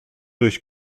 durch